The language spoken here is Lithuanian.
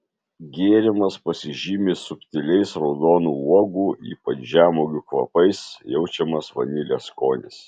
gėrimas pasižymi subtiliais raudonų uogų ypač žemuogių kvapais jaučiamas vanilės skonis